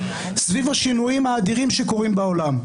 סביב השינויים האדירים שקורים בעולם,